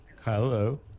hello